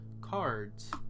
Cards